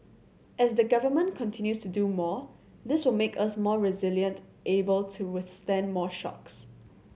as the Government continues to do more this will make us more resilient able to withstand more shocks